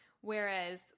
Whereas